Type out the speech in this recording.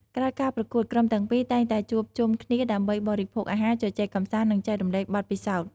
ក្រោយការប្រកួត ក្រុមទាំងពីរតែងតែជួបជុំគ្នាដើម្បីបរិភោគអាហារ ជជែកកម្សាន្ត និងចែករំលែកបទពិសោធន៍។